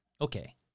Okay